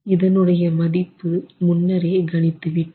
இதனுடைய மதிப்பு முன்னரே கணித்து விட்டோம்